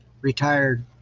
retired